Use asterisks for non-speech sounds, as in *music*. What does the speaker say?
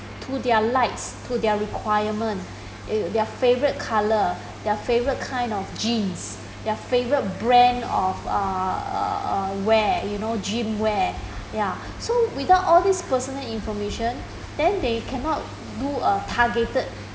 to their likes to their requirement *breath* their favourite colour *breath* their favourite kind of jeans their favourite brand of uh uh uh wear you know gym wear ya *breath* so without all this personal information then they cannot do a targeted